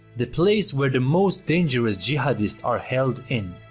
the place where the most dangerous jihadists are held in.